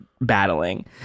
battling